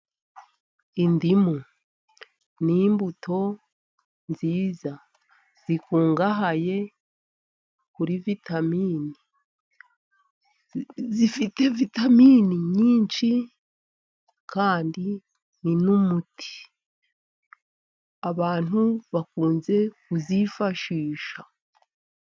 Indimu ni imbuto nziza zikungahaye kuri vitamini, zifite vitamini nyinshi kandi ni n'umuti, abantu bakunze kuzifashisha.